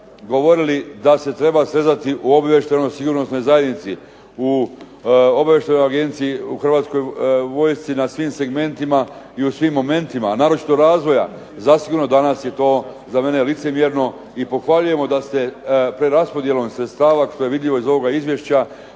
govorili da se treba srezati u obavještajno sigurnosnoj zajednici, u obavještajnoj agenciji u Hrvatskoj vojsci na svim segmentima i u svim momentima, očito razvoja, zasigurno danas je to za mene licemjerno i pohvaljujemo da se preraspodjelom sredstava što je vidljivo iz ovoga Izvješća,